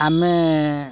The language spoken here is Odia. ଆମେ